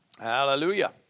Hallelujah